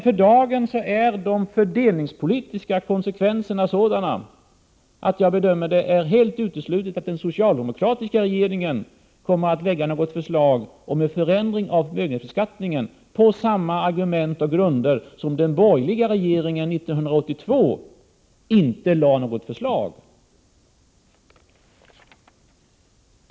För dagen är emellertid de fördelningspolitiska konsekvenserna sådana att jag bedömer det som helt uteslutet att den socialdemokratiska regeringen kommer att lägga fram något förslag om en förändring av förmögenhetsbeskattningen — på samma argument och samma grund som den borgerliga regeringen 1982 inte lade fram något sådant förslag.